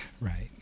Right